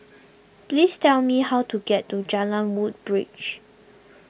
please tell me how to get to Jalan Woodbridge